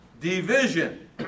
Division